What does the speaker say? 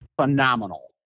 phenomenal